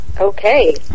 Okay